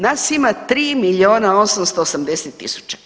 Nas ima 3 miliona 880 tisuća.